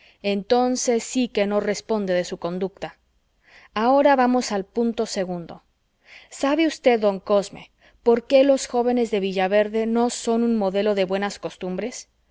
entonces sí que no responde de su conducta ahora vamos al punto segundo sabe usted don cosme por qué los jóvenes de villaverde no son un modelo de buenas costumbres